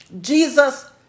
Jesus